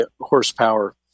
horsepower